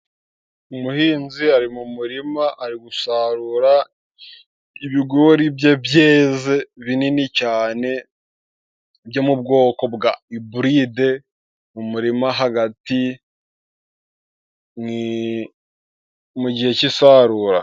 Umuhinzi ari mu murima ari gusarura ibigori bye byeze, binini cyane byo mu bwoko bwa iburide mu murima hagati mu gihe cy'isarura.